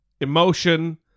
emotion